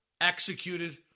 executed